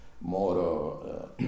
more